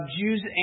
Jews